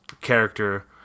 character